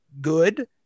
good